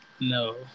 No